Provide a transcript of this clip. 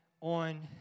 on